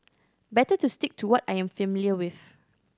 better to stick to what I am familiar with